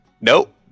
nope